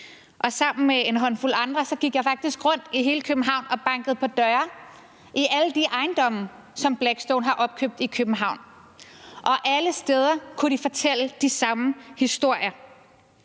og sammen med en håndfuld andre gik jeg faktisk rundt i hele København og bankede på døre i alle de ejendomme, som Blackstone har opkøbt i København, og alle steder kunne de fortælle de samme historier.